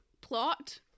plot